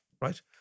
right